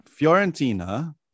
Fiorentina